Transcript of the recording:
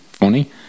funny